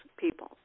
people